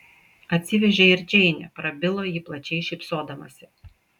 atsivežei ir džeinę prabilo ji plačiai šypsodamasi